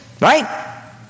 Right